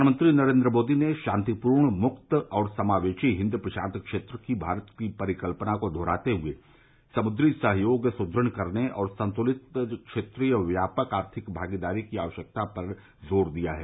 प्रधानमंत्री नरेन्द्र मोदी ने शांतिपूर्ण मुक्त और समावेशी हिंद प्रशांत क्षेत्र की भारत की परिकल्पना को दोहराते हुए समुद्री सहयोग सुदुढ़ करने और संतुलित क्षेत्रीय व्यापक आर्थिक भागीदारी की आवश्यकता पर जोर दिया है